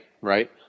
Right